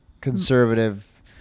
conservative